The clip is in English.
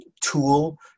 tool